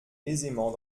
aisément